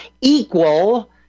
Equal